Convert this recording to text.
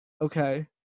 okay